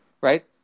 Right